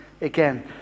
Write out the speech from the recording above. again